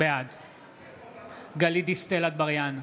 בעד גלית דיסטל אטבריאן,